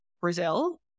Brazil